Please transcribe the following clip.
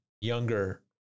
younger